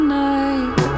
night